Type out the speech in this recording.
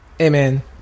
Amen